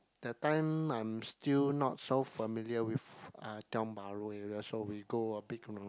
that time I'm still not so familiar with uh Tiong-Bahru area so we go a big round